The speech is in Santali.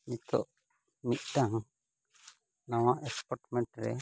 ᱱᱤᱛᱳᱜ ᱢᱤᱫᱴᱟᱝ ᱱᱚᱣᱟ ᱮᱥᱯᱳᱴᱢᱮᱱᱴ ᱨᱮ